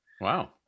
Wow